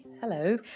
Hello